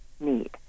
need